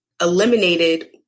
eliminated